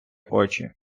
очі